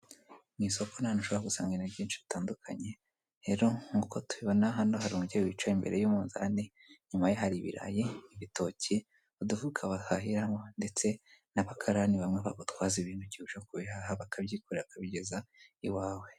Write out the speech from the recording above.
Mu isoko ni ahantu ushobora gusanga ibintu byinshi bitandukanye; rero nk'uko tubibona hano hari umubyeyi wicaye imbere y'umunzani, inyuma ye hari ibirayi, ibitoki, udufuka bahahiramo ndetse n'abakarani bamwe bagutwaza ibintu igihe uje kubihaha, bakabyikorera bakabigeza iwawe.